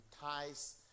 ties